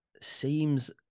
Seems